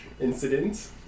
incident